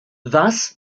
thus